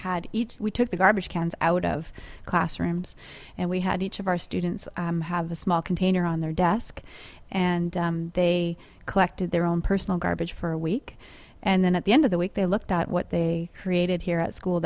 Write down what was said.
had each we took the garbage cans out of classrooms and we had each of our students have a small container on their desk and they collected their own personal garbage for a week and then at the end of the week they looked at what they created here at school